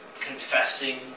confessing